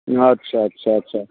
अच्छा अच्छा अच्छा